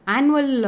Annual